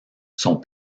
sont